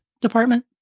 Department